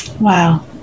Wow